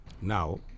Now